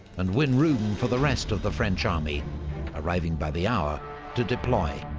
and win room for the rest of the french army arriving by the hour to deploy.